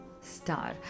Star